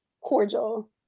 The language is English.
cordial